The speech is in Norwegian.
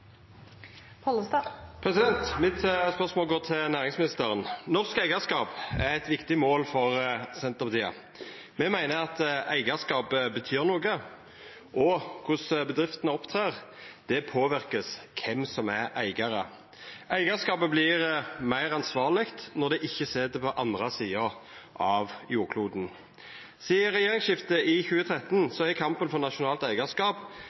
hovedspørsmål. Mitt spørsmål går til næringsministeren. Norsk eigarskap er eit viktig mål for Senterpartiet. Me meiner at eigarskapet betyr noko, og at korleis bedriftene opptrer, vert påverka av kven som er eigarar. Eigarskapet vert meir ansvarleg når det ikkje sit på andre sida av jordkloden. Sidan regjeringsskiftet i 2013 har kampen for nasjonalt eigarskap